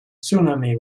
tsunami